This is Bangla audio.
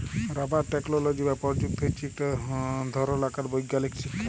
রাবার টেকলোলজি বা পরযুক্তি হছে ইকট ধরলকার বৈগ্যালিক শিখ্খা